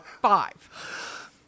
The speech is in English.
five